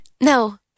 No